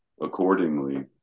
accordingly